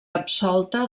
absolta